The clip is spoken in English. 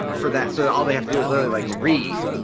um for that. so all they have to do is literally like a read.